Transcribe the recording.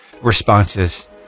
responses